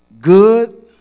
good